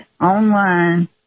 online